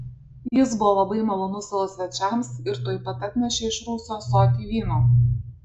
jis buvo labai malonus savo svečiams ir tuoj pat atnešė iš rūsio ąsotį vyno